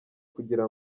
kugira